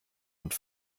und